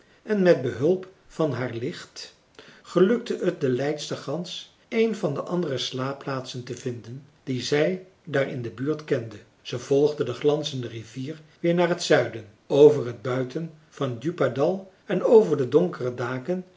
en met behulp van haar licht gelukte het de leidstergans een van de andere slaapplaatsen te vinden die zij daar in de buurt kende ze volgde de glanzende rivier weer naar t zuiden over het buiten van djupadal en over de donkere daken